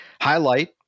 highlight